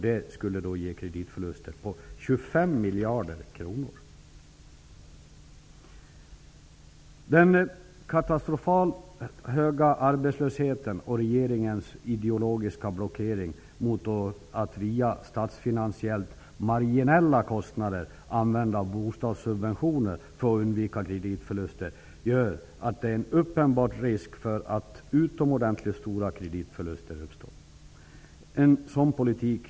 Det skulle ge kreditförluster på 25 Den katastrofalt höga arbetslösheten och regeringens ideologiska blockering mot att till statsfinasiellt marginella kostnader använda bostadssubventioner för att undvika kreditförluster gör att risken för att utomordentligt stora kreditförluster uppstår är uppenbar.